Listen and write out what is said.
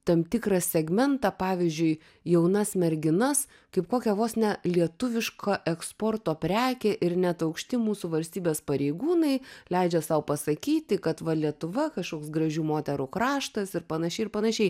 tam tikrą segmentą pavyzdžiui jaunas merginas kaip kokią vos ne lietuviška eksporto prekė ir net aukšti mūsų valstybės pareigūnai leidžia sau pasakyti kad va lietuva kažkoks gražių moterų kraštas ir panašiai ir panašiai